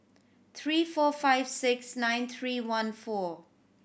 three four five six nine three one four